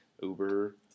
Uber